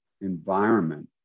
environment